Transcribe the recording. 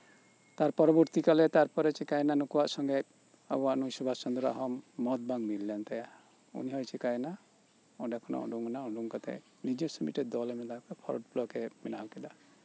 ᱛᱟᱨᱯᱚᱨᱵᱚᱨᱛᱤ ᱠᱟᱞᱨᱮ ᱪᱤᱠᱟᱹᱭᱮᱱᱟ ᱱᱩᱠᱩᱣᱟᱜ ᱥᱚᱝᱜᱮ ᱟᱵᱚᱣᱟᱜ ᱱᱩᱭ ᱥᱩᱵᱷᱟᱥ ᱪᱚᱱᱫᱽᱨᱚ ᱦᱚᱸ ᱢᱚᱛ ᱵᱟᱝ ᱢᱤᱞ ᱞᱮᱱ ᱛᱟᱭᱟ ᱩᱱᱤ ᱦᱚᱸᱭ ᱪᱤᱠᱟᱹᱭᱮᱱᱟ ᱚᱸᱰᱮ ᱠᱷᱚᱱᱮ ᱩᱰᱩᱠᱮᱱᱟ ᱩᱰᱩᱠ ᱠᱟᱛᱮᱫ ᱱᱤᱨᱫᱤᱥᱥᱚ ᱢᱤᱫᱴᱟᱱ ᱫᱚᱞ ᱮ ᱵᱮᱱᱟᱣ ᱠᱮᱫᱟ ᱯᱷᱚᱨᱚᱣᱟᱨᱰ ᱵᱞᱚᱠ ᱮ ᱵᱮᱱᱟᱣ ᱠᱮᱫᱟ